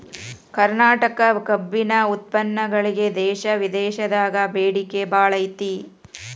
ಕರ್ನಾಟಕ ಕಬ್ಬಿನ ಉತ್ಪನ್ನಗಳಿಗೆ ದೇಶ ವಿದೇಶದಾಗ ಬೇಡಿಕೆ ಬಾಳೈತಿ